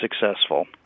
successful